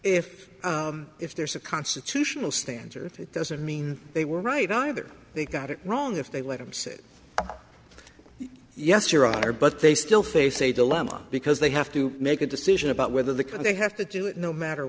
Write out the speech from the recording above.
if if there's a constitutional standard if it doesn't mean they were right either they got it wrong if they let them sit yes your honor but they still face a dilemma because they have to make a decision about whether the can they have to do it no matter